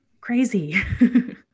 crazy